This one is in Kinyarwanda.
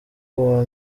uwa